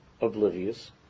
oblivious